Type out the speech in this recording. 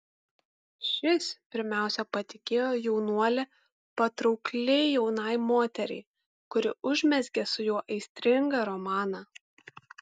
šis pirmiausia patikėjo jaunuolį patraukliai jaunai moteriai kuri užmezgė su juo aistringą romaną